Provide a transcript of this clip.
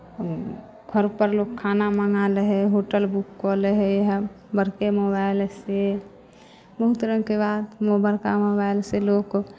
घरपर लोक खाना मङ्गा लैत हइ होटल बुक कऽ लैत हइ इएह बड़के मोबाइलसँ बहुत रङ्गके बात बड़का मोबाइलसँ लोक